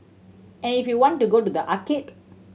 and if you want to go to the arcade